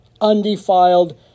undefiled